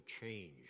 change